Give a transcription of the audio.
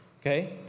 Okay